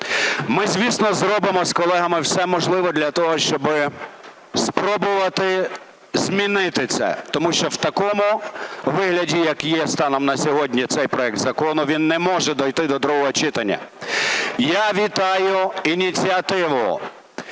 Ми, звісно, зробимо з колегами все можливе для того, щоб спробувати змінити це. Тому що в такому вигляді, як є станом на сьогодні цей проект закону, він не може дійти до другого читання. Я вітаю ініціативу